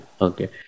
Okay